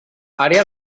àrea